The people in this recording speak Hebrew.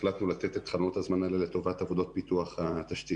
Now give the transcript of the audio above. החלטנו לתת את חלונות הזמן האלה לטובת פיתוח התשתית.